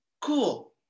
cool